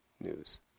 news